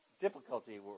difficulty